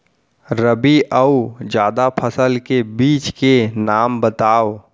रबि अऊ जादा फसल के बीज के नाम बताव?